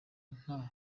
nta